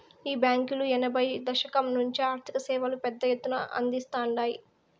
ఈ బాంకీలు ఎనభైయ్యో దశకం నుంచే ఆర్థిక సేవలు పెద్ద ఎత్తున అందిస్తాండాయి